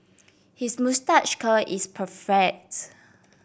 his moustache curl is perfect